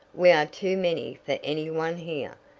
we are too many for any one here.